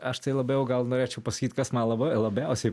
aš tai labiau gal norėčiau pasakyt kas man labai labiausiai